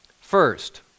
First